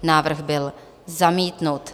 Návrh byl zamítnut.